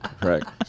Correct